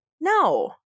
No